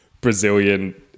Brazilian